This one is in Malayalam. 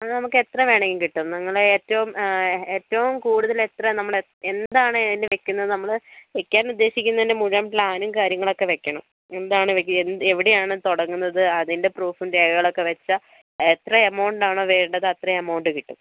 അത് നമുക്ക് എത്ര വേണമെങ്കിൽ കിട്ടും നിങ്ങൾ ഏറ്റവും ഏറ്റവും കൂടുതൽ എത്ര നമ്മൾ എന്താണ് അതിൻ്റെ വെക്കുന്നത് നമ്മൾ വെക്കാൻ ഉദ്ദേശിക്കുന്നതിൻ്റെ മുഴുവൻ പ്ലാനും കാര്യങ്ങളും ഒക്കെ വെക്കണം എന്താണ് എവിടെയാണ് തുടങ്ങുന്നത് അതിൻ്റെ പ്രൂഫും രേഖകളൊക്കെ വച്ചാൽ എത്ര എമൗണ്ട് ആണ് വേണ്ടത് അത്രയും എമൗണ്ട് കിട്ടും